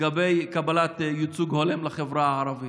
לגבי קבלת ייצוג הולם לחברה הערבית,